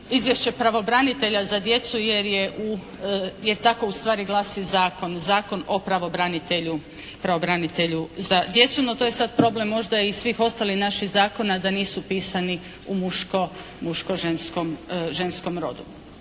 izvješće pravobranitelja za djecu jer je u, jer tako ustvari glasi zakon. Zakon o pravobranitelju, pravobranitelju za djecu. No to je sad problem možda i svih ostalih naših zakona da nisu pisani u muško, muško-ženskom rodu.